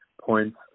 points